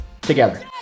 together